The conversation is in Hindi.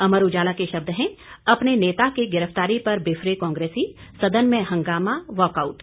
अमर उजाला के शब्द हैं अपने नेता की गिरफ्तारी पर बिफरे कांग्रेसी सदन में हंगामा वाकआउट